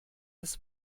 des